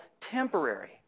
temporary